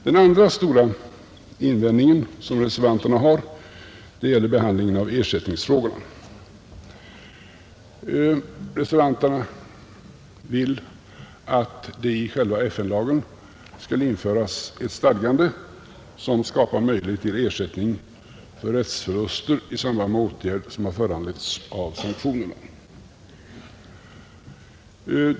Den andra stora invändning som reservanterna gör gäller behandlingen av ersättningsfrågorna. Reservanterna vill att det i själva FN-lagen skall införas ett stadgande som skapar möjlighet till ersättning för rättsförluster i samband med åtgärd som har föranletts av sanktionerna.